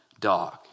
dog